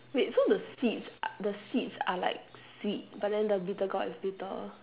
wait so the seeds uh the seeds are like sweet but then the bitter gourd is bitter